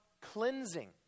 cleansing